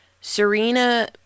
Serena